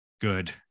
good